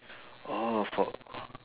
oh for